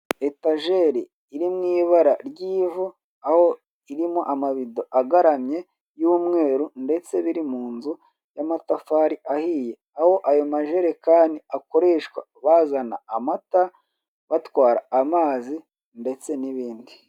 Etajeri iri mu ibara ry'ivu, aho irimo amabido agaramye y'umweru, ndetse biri mu nzu y'amatafari ahiye. Aho ayo majerekano akoreshwa bazana amata, batwara amazi, ndetse n'ibindi.